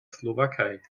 slowakei